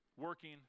working